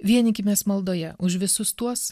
vienykimės maldoje už visus tuos